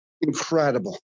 incredible